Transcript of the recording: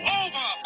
over